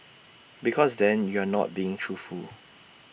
because then you're not being truthful